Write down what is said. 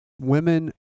women